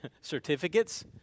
certificates